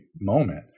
moment